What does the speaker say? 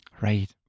Right